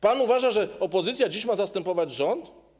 Pan uważa, że opozycja dziś ma zastępować rząd?